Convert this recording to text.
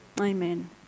Amen